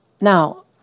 Now